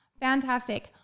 Fantastic